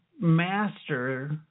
master